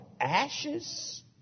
ashes